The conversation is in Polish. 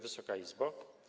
Wysoka Izbo!